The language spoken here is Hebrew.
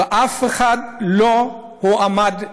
ואף אחד לא הועמד לדין?